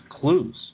clues